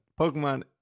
pokemon